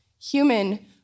Human